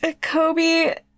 Kobe